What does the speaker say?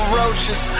roaches